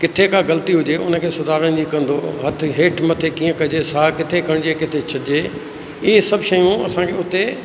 किथे का ग़ल्ती हुजे उनखे सुधारण जी कंदो हो हथु हेठि मथे कीअं कजे साहु किथे खणिजे किथे छॾिजे इहे सभु शयूं असांखे उते